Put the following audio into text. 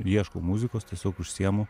ieškau muzikos tiesiog užsiimu